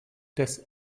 das